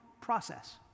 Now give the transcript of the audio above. process